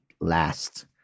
last